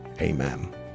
Amen